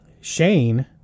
Shane